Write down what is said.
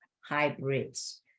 hybrids